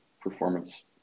performance